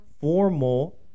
formal